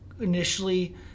initially